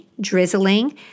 drizzling